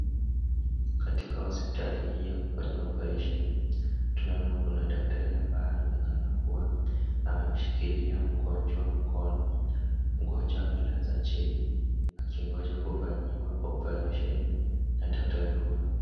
Katika hospitali hii ya kufanya operesheni tunaona kuna daktari ambaye anaonekana kuwa amemshikilia mgonjwa mkono. Mgonjwa amelazwa chini, akingoja kufanyiwa operesheni na daktari huyo.